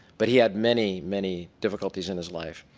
but he had many, many difficulties in his life.